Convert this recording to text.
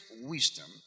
wisdom